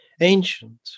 ancient